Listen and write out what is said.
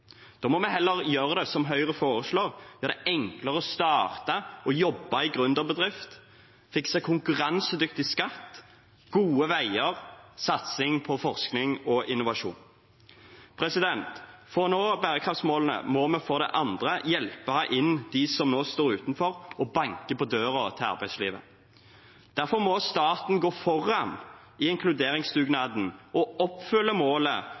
Da må vi heller, som Høyre foreslår, gjøre det enklere å starte og jobbe i gründerbedrift, fikse konkurransedyktig skatt, gode veier, og fikse satsing på forskning og innovasjon. For å nå bærekraftsmålene må vi for det andre hjelpe inn dem som nå står utenfor og banker på døren til arbeidslivet. Derfor må staten gå foran i inkluderingsdugnaden og oppfylle målet